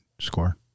score